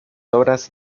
obras